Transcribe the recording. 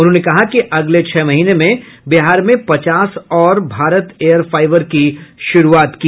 उन्होंने कहा कि अगले छह महीनों में बिहार में पचास और भारत एयर फाईबर की शुरूआत होगी